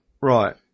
Right